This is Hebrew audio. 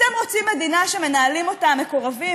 אתם רוצים מדינה שמנהלים אותה מקורבים?